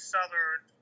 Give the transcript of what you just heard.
Southern